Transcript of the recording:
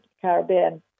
Caribbean